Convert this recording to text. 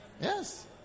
yes